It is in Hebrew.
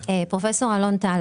פרופ' אלון טל,